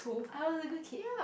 I want a good kid